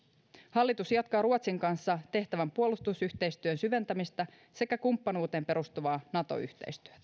hallitus jatkaa ruotsin kanssa tehtävän puolustusyhteistyön syventämistä sekä kumppanuuteen perustuvaa nato yhteistyötä